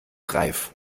reif